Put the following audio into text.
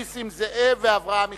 נסים זאב ואברהם מיכאלי.